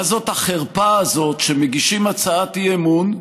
מה זאת החרפה הזאת שמגישים הצעת אי-אמון,